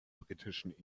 britischen